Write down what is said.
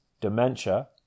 dementia